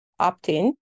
opt-in